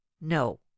No